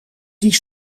die